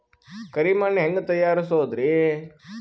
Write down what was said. ಕರಿ ಮಣ್ ಹೆಂಗ್ ತಯಾರಸೋದರಿ?